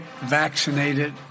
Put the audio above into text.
vaccinated